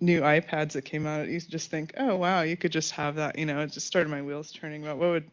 new ipads that came out, you just think, oh, wow. you could just have that, you know it just started my wheels training about what would